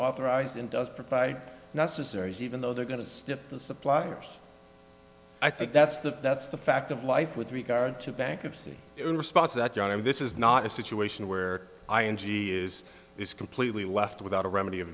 authorized and does provide necessary even though they're going to stiff the suppliers i think that's the that's the fact of life with regard to bankruptcy in response that i mean this is not a situation where i n g is is completely left without a remedy of